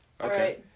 Okay